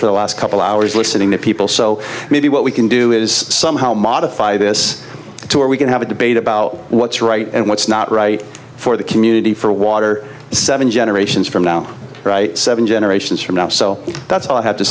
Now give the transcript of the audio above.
for the last couple hours listening to people so maybe what we can do is somehow modify this to where we can have a debate about what's right and what's not right for the community for water seven generations from now right seven generations from now so that's all i have to